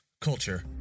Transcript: Culture